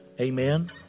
Amen